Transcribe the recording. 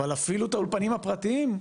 אבל אפילו את האולפנים הפרטיים,